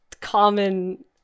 common